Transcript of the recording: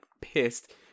pissed